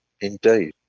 Indeed